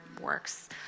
works